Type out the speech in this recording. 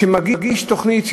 תוכנית,